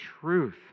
truth